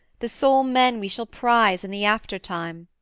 the sole men we shall prize in the after-time,